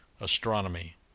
Astronomy